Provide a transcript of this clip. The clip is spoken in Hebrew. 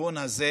בכיוון הזה.